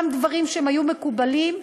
גם דברים שהיו מקובלים,